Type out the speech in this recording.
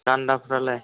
गान्दाफ्रालाय